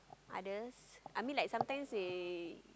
others I mean like sometimes they